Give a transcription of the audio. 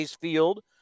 Field